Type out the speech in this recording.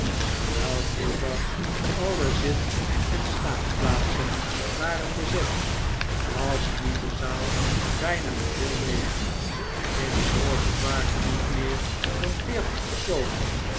terwijl vroeger alle zit en staanplaatsen waren bezet was nu de zaal bijna geheel ledig in de loges waren niet meer dan veertig personen